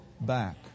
back